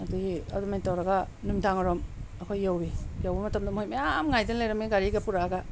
ꯑꯗꯨꯒꯤ ꯑꯗꯨꯃꯥꯏꯅ ꯇꯧꯔꯒ ꯅꯨꯡꯗꯥꯡ ꯋꯥꯏꯔꯝ ꯑꯩꯈꯣꯏ ꯌꯧꯏ ꯌꯧꯕ ꯃꯇꯝꯗ ꯃꯣꯏ ꯃꯌꯥꯝ ꯉꯥꯏꯗꯅ ꯂꯩꯔꯝꯃꯦ ꯒꯥꯔꯤꯒ ꯄꯨꯔꯛꯑꯒ